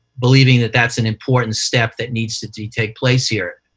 believing that that's an important step that needs to to take place here.